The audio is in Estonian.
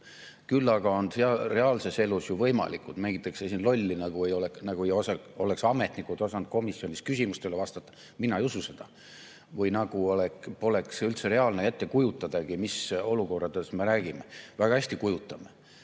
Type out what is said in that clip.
olukorrad] reaalses elus võimalikud. Mängitakse siin lolli, nagu ei oleks ametnikud osanud komisjonis küsimustele vastata – mina ei usu seda – või nagu poleks üldse reaalne ette kujutadagi, mis olukordadest me räägime. Väga hästi kujutame